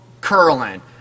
curling